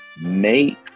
make